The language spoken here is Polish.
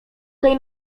tej